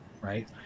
right